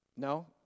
No